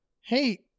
hey